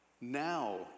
now